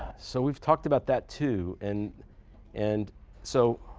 so we've talked about that, too. and and so